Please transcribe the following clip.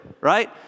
right